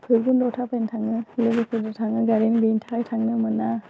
भैरबखन्डआव थाबायनो थाङो लोगोफोरबो थाङो गारि गैयैनि थाखाय थांनो मोना